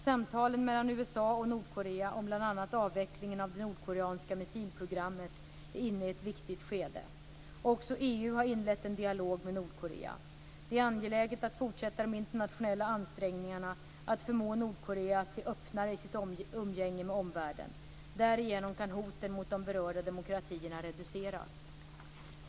Samtalen mellan USA och Nordkorea om bl.a. avvecklingen av det nordkoreanska missilprogrammet är inne i ett viktigt skede. Också EU har inlett en dialog med Nordkorea. Det är angeläget att fortsätta de internationella ansträngningarna att förmå Nordkorea att bli öppnare i sitt umgänge med omvärlden. Därigenom kan hoten mot de berörda demokratierna reduceras.